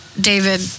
David